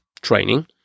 training